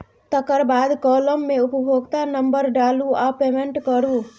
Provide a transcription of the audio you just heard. तकर बाद काँलम मे उपभोक्ता नंबर डालु आ पेमेंट करु